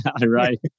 Right